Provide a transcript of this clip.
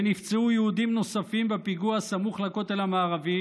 ונפצעו יהודים נוספים בפיגוע סמוך לכותל המערבי